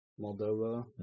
Moldova